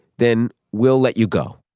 then we'll let you go.